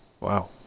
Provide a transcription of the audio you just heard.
Wow